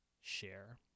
share